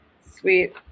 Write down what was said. Sweet